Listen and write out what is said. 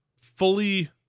fully